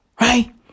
Right